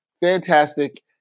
Fantastic